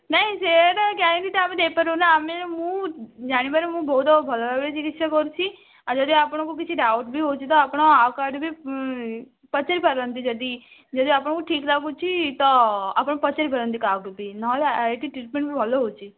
ନାଇଁ ସେଇଟା ଗ୍ୟାରେଣ୍ଟି ତ ଆମେ ଦେଇ ପାରିବୁନି ଆମେ ମୁଁ ଜାଣିବାରେ ମୁଁ ବହୁତ ଭଲ ଭାବରେ ଚିକିତ୍ସା କରୁଛି ଆଉ ଯଦି ଆପଣଙ୍କୁ କିଛି ଡାଉଟ୍ ବି ହେଉଛି ଆପଣ ଆଉ କାହାଠାରୁ ବି ପଚାରି ପାରନ୍ତି ଯଦି ଆପଣଙ୍କୁ ଠିକ୍ ଲାଗୁଛି ତ ଆପଣ ପଚାରି ପାରନ୍ତି କାହାକୁ ବି ନହେଲେ ଏଠି ଟ୍ରିଟମେଣ୍ଟ୍ ବି ଭଲ ହେଉଛି